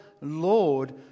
Lord